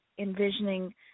envisioning